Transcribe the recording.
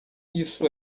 isso